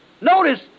notice